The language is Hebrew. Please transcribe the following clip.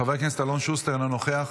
חבר הכנסת אלון שוסטר, אינו נוכח,